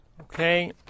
Okay